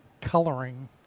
coloring